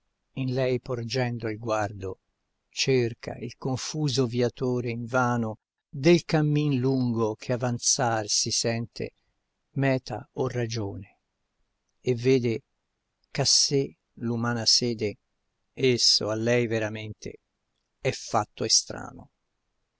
in lei porgendo il guardo cerca il confuso viatore invano del cammin lungo che avanzar si sente meta o ragione e vede che a sé l'umana sede esso a lei veramente è fatto estrano